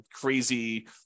crazy